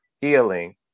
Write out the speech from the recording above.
healing